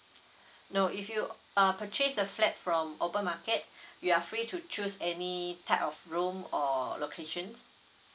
no if you uh purchase the flat from open market you are free to choose any type of room or locations